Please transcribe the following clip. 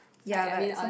ya but some